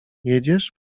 jedziesz